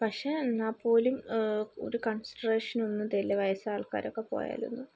പക്ഷേ എന്നാൽ പോലും ഒരു കണ്സിഡറേഷന് ഒന്നും തരില്ല വയസായ ആള്ക്കാരൊക്കെ പോയാലൊന്നും